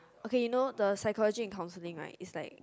okay you know the psychology in counselling right is like